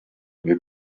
wir